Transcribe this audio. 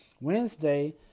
Wednesday